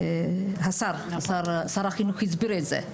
שר החינוך הסביר את זה,